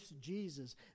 Jesus